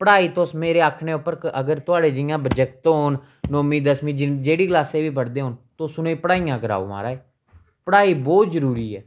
पढ़ाई तुस मेरे आखने उप्पर अगर तुआढ़े जियां जागत होन नौंमी दसमीं जेह्ड़ी क्लासै च बी पढ़दे होन तुस उ'नेंगी पढ़ाइयां कराओ महाराज पढ़ाई बोह्त जरूरी ऐ